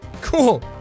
Cool